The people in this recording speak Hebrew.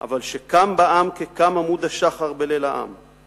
בעולם,/ אבל שקם בעם כקם עמוד השחר בלב העם/